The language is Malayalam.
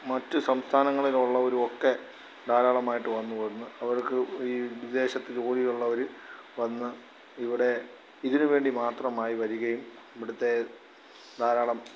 മറ്റ് സംസ്ഥാനങ്ങളിൽ ഉള്ളവരുമൊക്കെ ധാരാളമായിട്ട് വന്ന് പോരുന്ന് അവർക്ക് ഈ വിദേശത്ത് ജോലിയുള്ളവർ വന്ന് ഇവിടെ ഇതിന് വേണ്ടി മാത്രമായി വരികയും ഇവിടുത്തെ ധാരാളം